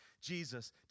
Jesus